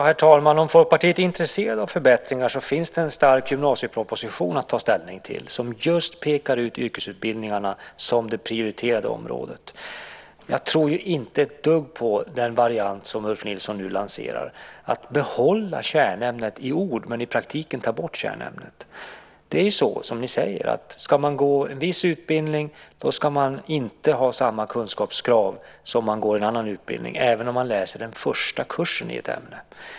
Herr talman! Om Folkpartiet är intresserat av förbättringar finns det en stark gymnasieproposition att ta ställning till, som just pekar ut yrkesutbildningarna som det prioriterade området. Jag tror inte ett dugg på den variant som Ulf Nilsson nu lanserar, nämligen att behålla kärnämnet i ord men i praktiken ta bort kärnämnet. Det är som ni säger: Ska man gå en viss utbildning ska man inte ha samma kunskapskrav för en annan utbildning, även om man läser den första kursen i ett ämne.